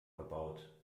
verbaut